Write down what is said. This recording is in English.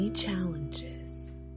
challenges